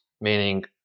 meaning